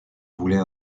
voulait